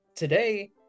today